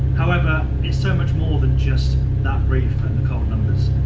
however it's so much more than just that brief and the cold numbers.